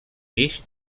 pis